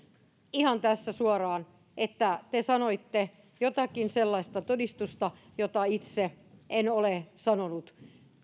ihan suoraan että te sanoitte jotakin sellaista todistusta jota itse en ole sanonut